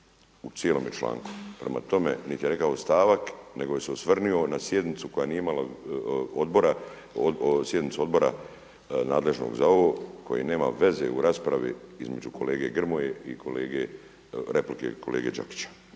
u cijelome članku. Prema tome, niti je rekao stavak nego se je osvrnuo na sjednicu koja nije imala, sjednicu Odbora nadležnog za ovo koji nema veze u raspravi između kolege Grmoje i replike kolege Đakića.